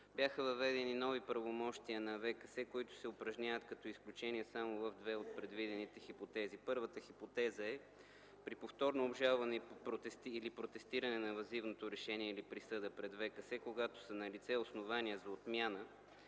бяха въведени нови правомощия на Върховния касационен съд, които се упражняват като изключение само в две от предвидените хипотези. Първата хипотеза е при повторно обжалване или протестиране на въззивното решение или присъда пред ВКС, когато са налице основания за отмяна